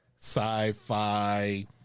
sci-fi